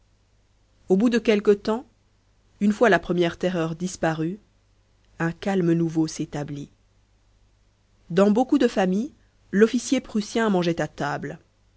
au bout de quelque temps une fois la première terreur disparue un calme nouveau s'établit dans beaucoup de familles l'officier prussien mangeait à table